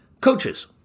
Coaches